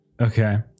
Okay